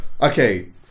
okay